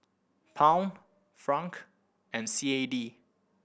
Pound Franc and C A D